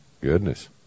goodness